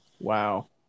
Wow